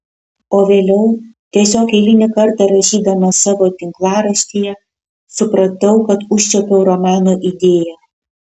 o vėliau tiesiog eilinį kartą rašydamas savo tinklaraštyje supratau kad užčiuopiau romano idėją